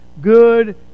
good